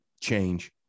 change